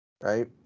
right